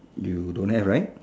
you don't have right